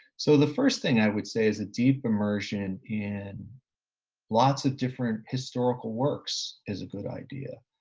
so the first thing i would say is a deep immersion in lots of different historical works is a good idea.